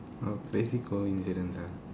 or crazy coincidence ah